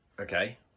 Okay